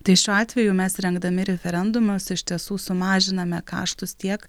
tai šiuo atveju mes rengdami referendumus iš tiesų sumažiname kaštus tiek